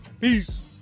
Peace